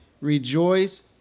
Rejoice